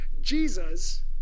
jesus